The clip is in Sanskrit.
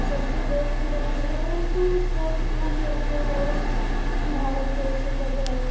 स्वस्य देवपूजां कृत परन्तु स्वरित्यां स्वरित्यामेव भारतदेशे तद्